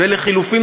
ולחלופין,